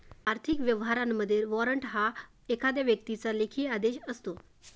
आर्थिक व्यवहारांमध्ये, वॉरंट हा एखाद्या व्यक्तीचा लेखी आदेश असतो